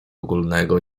ogólnego